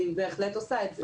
אני בהחלט עושה את זה,